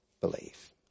believe